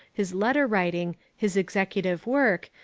his letter-writing, his executive work,